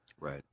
Right